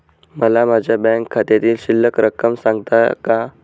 मला माझ्या बँक खात्यातील शिल्लक रक्कम सांगता का?